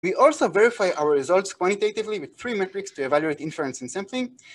אנחנו גם מבחינים נקודות שלנו במיוחדת עם שלושה מטריקים לתאר אינפורנציה בשביל משהו